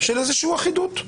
של איזושהי אחידות.